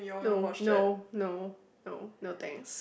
no no no no no thanks